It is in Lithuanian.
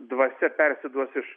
dvasia persiduos iš